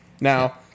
Now